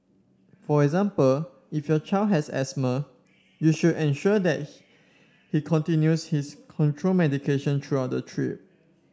for example if your child has asthma you should ensure that he continues his control medication during the trip